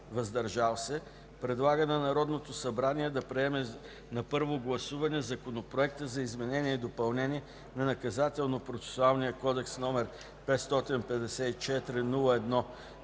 „въздържали се” предлага на Народното събрание да приеме на първо гласуване законопроекта за изменение и допълнение на Наказателно-процесуалния кодекс, № 554-01-35,